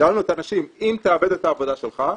שאלנו את האנשים, 'אם תאבד את העבודה שלך,